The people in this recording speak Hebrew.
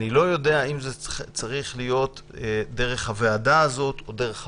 אני לא יודע אם זה צריך להיות דרך הוועדה הזאת או דרך המליאה.